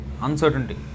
uncertainty